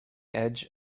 edge